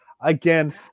again